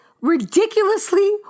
ridiculously